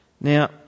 Now